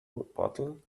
bottle